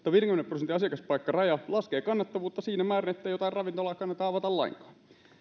prosentin asiakaspaikkaraja laskee kannattavuutta siinä määrin että jotain ravintolaa ei kannata avata lainkaan